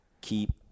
keep